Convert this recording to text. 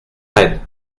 reine